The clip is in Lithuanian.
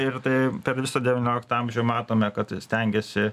ir tai per visą devynioliktą amžių matome kad stengėsi